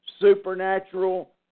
supernatural